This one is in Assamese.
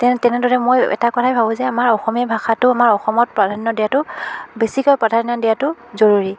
তেনে তেনেদৰে মই এটা কথাই ভাবোঁ যে আমাৰ অসমীয়া ভাষাটো আমাৰ অসমত প্ৰাধান্য দিয়াটো বেছিকৈ প্ৰাধান্য দিয়াটো জৰুৰী